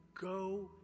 go